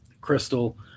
crystal